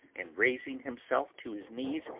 and, raising himself to his knees,